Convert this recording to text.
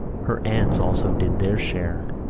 her aunts also did their share.